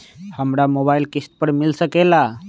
हमरा मोबाइल किस्त पर मिल सकेला?